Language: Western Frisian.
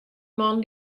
man